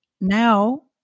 now